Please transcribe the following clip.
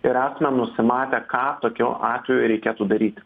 ir esame nusimatę ką tokiu atveju reikėtų daryti